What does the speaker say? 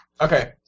Okay